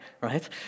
right